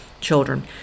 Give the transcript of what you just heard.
children